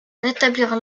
rétablir